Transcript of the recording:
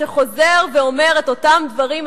שחוזר ואומר את אותם דברים,